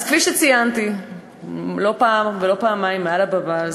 אז כפי שציינתי לא פעם ולא פעמיים מעל הבמה הזאת,